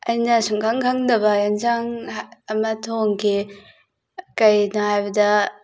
ꯑꯩꯅ ꯁꯨꯡꯈꯪ ꯈꯪꯗꯕ ꯑꯦꯟꯁꯥꯡ ꯑꯃ ꯊꯣꯡꯈꯤ ꯀꯩꯅꯣ ꯍꯥꯏꯕꯗ